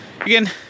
again